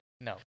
No